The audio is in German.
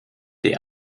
die